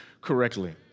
correctly